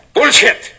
Bullshit